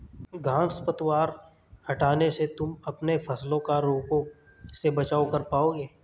घांस पतवार हटाने से तुम अपने फसलों का रोगों से बचाव कर पाओगे